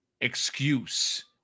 excuse